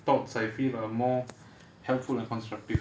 thoughts I feel are more helpful and constructive